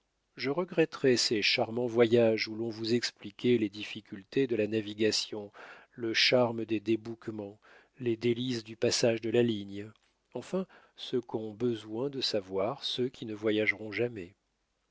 je regretterais ces charmants voyages où l'on nous expliquait les difficultés de la navigation le charme des débouquements les délices du passage de la ligne enfin ce qu'ont besoin de savoir ceux qui ne voyageront jamais